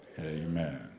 Amen